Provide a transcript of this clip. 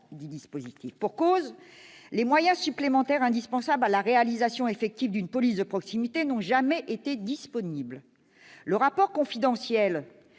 du dispositif. Et pour cause, les moyens supplémentaires indispensables à la réalisation effective d'une police de proximité n'ont jamais été disponibles. Le rapport confidentiel